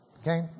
Okay